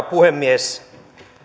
puhemies